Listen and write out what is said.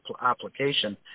application